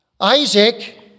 Isaac